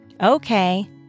Okay